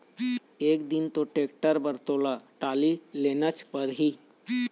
एक दिन तो टेक्टर बर तोला टाली लेनच परही